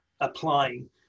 applying